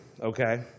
okay